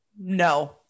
no